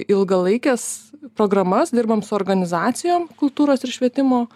ilgalaikes programas dirbam su organizacijom kultūros ir švietimo